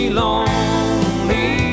lonely